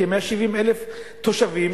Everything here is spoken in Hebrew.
כ-170,000 תושבים,